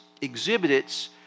exhibits